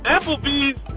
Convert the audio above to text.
Applebee's